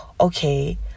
okay